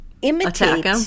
Imitate